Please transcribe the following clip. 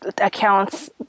accounts